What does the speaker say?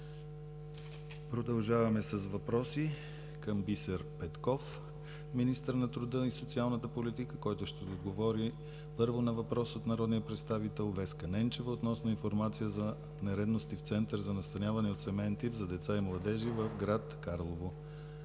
Продължаваме с въпроси към Бисер Петков – министър на труда и социалната политика, който ще отговори, първо, на въпрос от народния представител Веска Ненчева, относно информация за нередности в Център за настаняване от семеен тип за деца и младежи в град Карлово.